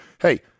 Hey